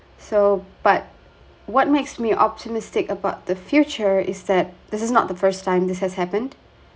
so but what makes me optimistic about the future is that this is not the first time this has happened